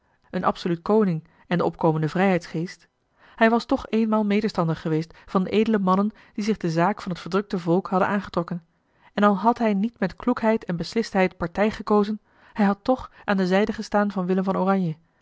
een absoluut koning en den opkomenden vrijheidsgeest hij was toch eenmaal medestander geweest van de edele mannen die zich de zaak van t verdrukte volk hadden aangetrokken en al had hij niet met kloekheid en beslistheid partij gekozen hij had toch aan de zijde gestaan van willem van oranje